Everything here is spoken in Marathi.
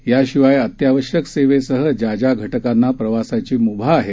याशिवाय अत्यावश्यक सेवेसह ज्या ज्या घटकांना प्रवासाची मुभा आहे